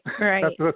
right